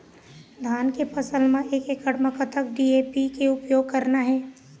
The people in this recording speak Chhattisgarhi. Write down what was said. धान के फसल म एक एकड़ म कतक डी.ए.पी के उपयोग करना हे?